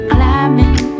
Climbing